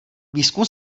výzkum